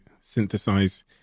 synthesize